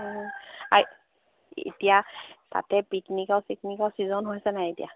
এতিয়া তাতে পিকনিকৰ চিকনিকৰ ছিজন হৈছে নাই এতিয়া